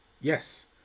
Yes